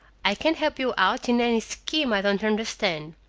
i can't help you out in any scheme i don't understand.